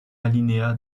alinéa